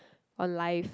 on life